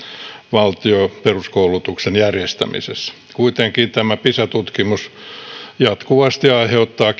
valtio peruskoulutuksen järjestämisessä kuitenkin tämä pisa tutkimus jatkuvasti aiheuttaa